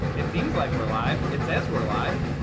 it seems like we're live. it says we're alive.